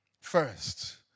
first